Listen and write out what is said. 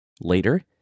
Later